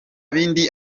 bindi